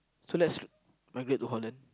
so let's migrate to Holland